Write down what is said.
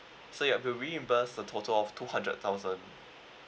so you have a reimburse a total of two hundred thousand